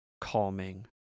calming